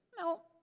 no